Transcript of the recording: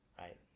right